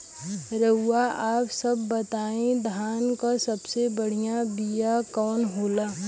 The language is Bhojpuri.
रउआ आप सब बताई धान क सबसे बढ़ियां बिया कवन होला?